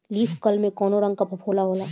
Leaf curl में कौने रंग का फफोला होला?